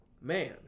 Man